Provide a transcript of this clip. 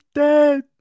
dead